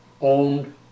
owned